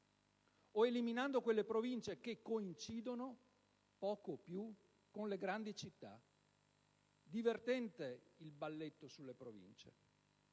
o eliminando quelle Province che coincidono (poco più) con le grandi città. Divertente il balletto sulle Province: